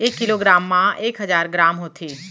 एक kilogram मा एक हजार ग्राम होथे